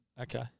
Okay